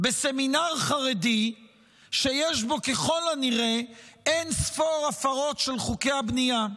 בסמינר חרדי שיש בו ככל הנראה אין ספור הפרות של חוקי הבנייה.